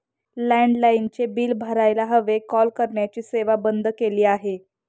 लँडलाइनचे बिल भरायला हवे, कॉल करण्याची सेवा बंद केली आहे